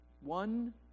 one